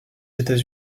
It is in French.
états